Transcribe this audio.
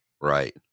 Right